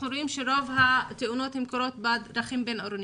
רואים שרוב התאונות קורות בדרכים בין-עירוניות,